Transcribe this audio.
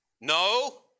No